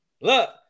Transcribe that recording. Look